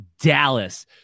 Dallas